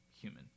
human